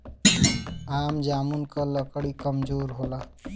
आम जामुन क लकड़ी कमजोर होला